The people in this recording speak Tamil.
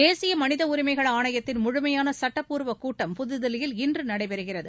தேசிய மனித உரிமைகள் ஆணையத்தின் முழுமையான சுட்டப்பூர்வ கூட்டம் புதுதில்லியில் இன்று நடைபெறுகிறது